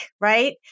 right